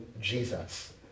Jesus